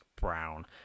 brown